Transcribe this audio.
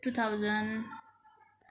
two thousand